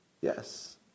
Yes